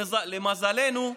למזלנו,